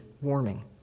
warming